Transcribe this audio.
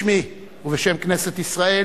בשמי ובשם כנסת ישראל